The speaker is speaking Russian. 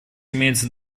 имеется